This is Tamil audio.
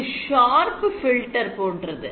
இது sharp filter போன்றது